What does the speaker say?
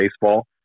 baseball